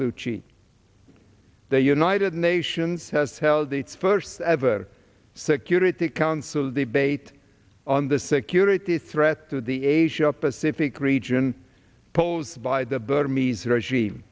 sochi the united nations has held its first ever security council debate on the security threat to the asia pacific region posed by the bird mees regime